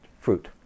fruit